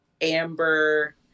Amber